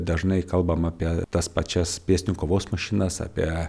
dažnai kalbam apie tas pačias pėsti kovos mašinas apie